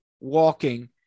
walking